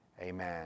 amen